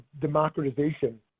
democratization